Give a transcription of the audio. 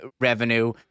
revenue